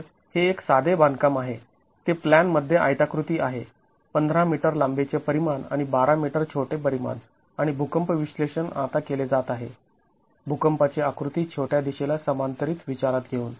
तर हे एक साधे बांधकाम आहे ते प्लॅन मध्ये आयताकृती आहे १५ मीटर लांबीचे परिमाण आणि १२ मीटर छोटे परिमाण आणि भूकंप विश्लेषण आता केले जात आहे भूकंपाची आकृती छोट्या दिशेला समांतरीत विचारात घेऊन